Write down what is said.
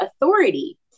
authority